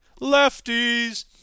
Lefties